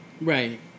Right